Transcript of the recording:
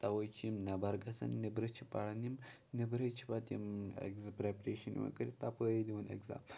تَوَے چھِ یِم نٮ۪بَر گَژھان نٮ۪برٕ چھِ پَران یِم نٮ۪برَے چھِ پَتہٕ یِم اٮ۪کزٕ پرٛٮ۪پرٛیشَن یِوان کٔرِتھ تَپٲری دِوان اٮ۪کزام